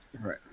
Right